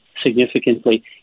Significantly